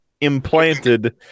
implanted